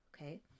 Okay